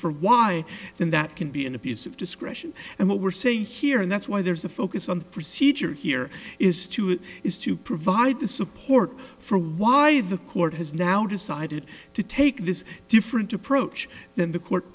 for why then that can be an abuse of discretion and what we're saying here and that's why there's a focus on the procedure here is to it is to provide the support for why the court has now decided to take this different approach than the court